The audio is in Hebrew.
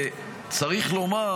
צריך לומר